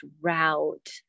route